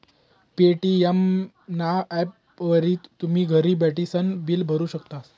Paytm ना ॲपवरी तुमी घर बठीसन बिल भरू शकतस